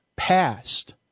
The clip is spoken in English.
past